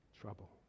trouble